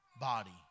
body